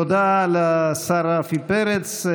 תודה לשר רפי פרץ.